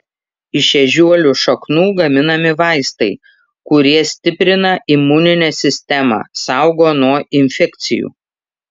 iš ežiuolių šaknų gaminami vaistai kurie stiprina imuninę sistemą saugo nuo infekcijų